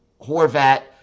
Horvat